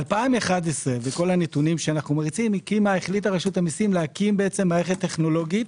ב-2011 החליטה רשות המיסים להקים מערכת טכנולוגית